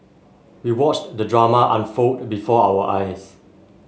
we watched the drama unfold before our eyes